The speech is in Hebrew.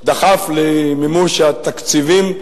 דחף למימוש התקציבים,